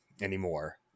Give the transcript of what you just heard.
anymore